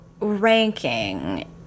ranking